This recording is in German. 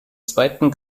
zweiten